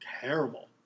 terrible